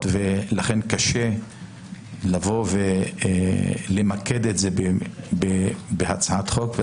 ולכן קשה לבוא ולמקד את זה בהצעת חוק.